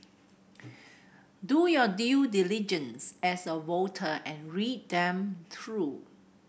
do your due diligence as a voter and read them through